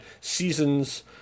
seasons